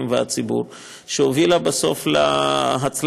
היא יכולה בדקה, שתיים, אבל עד חמש דקות, בשמחה.